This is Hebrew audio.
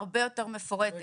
הרבה יותר מפורטת.